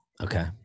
okay